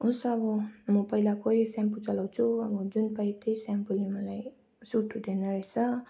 होस् अब म पहिलाकै सेम्पो चलाउँछु अब जुन पायो त्यही सेम्पोले मलाई सुट हुँदैन रहेछ